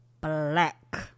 Black